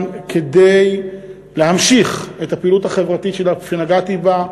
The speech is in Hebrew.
כדי להמשיך את הפעילות החברתית שנגעתי בה.